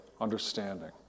understanding